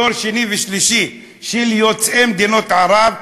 דור שני ושלישי של יוצאי מדינות ערב,